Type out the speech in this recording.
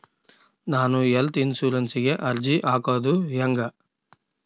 ನಾನು ಹೆಲ್ತ್ ಇನ್ಸುರೆನ್ಸಿಗೆ ಅರ್ಜಿ ಹಾಕದು ಹೆಂಗ?